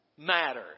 Matter